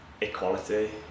Equality